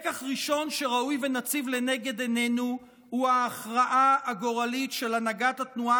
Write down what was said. לקח ראשון שראוי שנציב לנגד עינינו הוא ההכרעה הגורלית של הנהגת התנועה